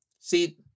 See